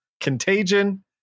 Contagion